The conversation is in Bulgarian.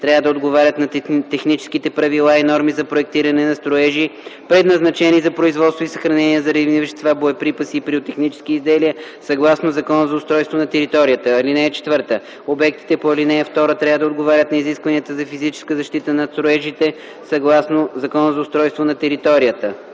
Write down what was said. трябва да отговарят на техническите правила и норми за проектиране на строежи, предназначени за производство и съхранение на взривни вещества, боеприпаси и пиротехнически изделия съгласно Закона за устройство на територията. (4) Обектите по ал. 2 трябва да отговарят на изискванията за физическа защита на строежите съгласно Закона за устройството на територията.